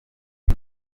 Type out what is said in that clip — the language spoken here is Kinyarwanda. iyo